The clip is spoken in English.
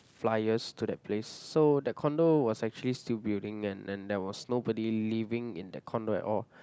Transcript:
flyers to that place so that condo was actually still building and and there was nobody living at the condo at all